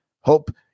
Hope